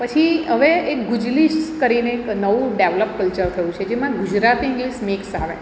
પછી હવે એક ગુજલીસ કરીને એક નવું ડેવલપ કલ્ચર થયું છે જેમાં ગુજરાતી ઇંગ્લિશ મિક્સ આવે